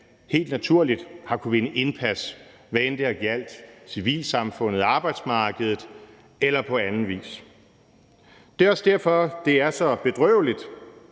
helt naturligt har kunnet vinde indpas, hvad end det har gjaldt civilsamfundet, arbejdsmarkedet eller andre områder. Det er også derfor, det er så bedrøveligt,